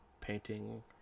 painting